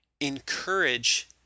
Encourage